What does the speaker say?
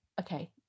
okay